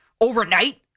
overnight